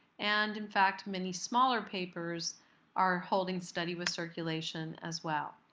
and in fact, many smaller papers are holding steady with circulation as well.